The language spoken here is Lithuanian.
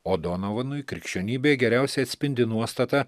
o donovanui krikščionybę geriausiai atspindi nuostata